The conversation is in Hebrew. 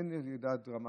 אין ירידה דרמטית.